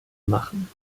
machen